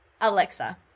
Alexa